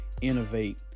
innovate